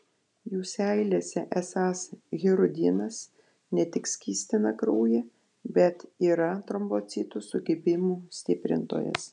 jų seilėse esąs hirudinas ne tik skystina kraują bet yra trombocitų sukibimų stiprintojas